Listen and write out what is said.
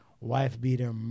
wife-beater